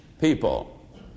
people